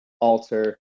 Alter